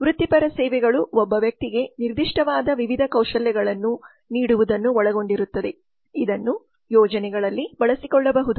ವೃತ್ತಿಪರ ಸೇವೆಗಳು ಒಬ್ಬ ವ್ಯಕ್ತಿಗೆ ನಿರ್ದಿಷ್ಟವಾದ ವಿವಿಧ ಕೌಶಲ್ಯಗಳನ್ನು ನೀಡುವುದನ್ನು ಒಳಗೊಂಡಿರುತ್ತದೆ ಇದನ್ನು ಯೋಜನೆಗಳಲ್ಲಿ ಬಳಸಿಕೊಳ್ಳಬಹುದು